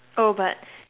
oh but